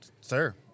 sir